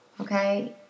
Okay